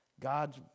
God's